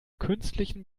künstlichen